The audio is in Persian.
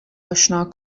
آشنا